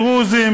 דרוזים,